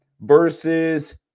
versus